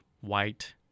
white